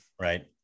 Right